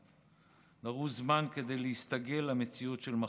לכולם, דרוש זמן כדי להסתגל למציאות של מחלה.